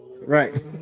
Right